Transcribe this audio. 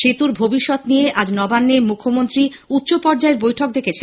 সেতুর ভবিষ্যৎ নিয়ে আজ নবান্নে মুখ্যমন্ত্রী উচ্চ পর্যায়ের বৈঠক ডেকেছেন